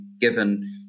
given